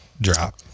drop